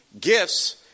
gifts